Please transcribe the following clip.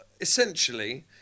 essentially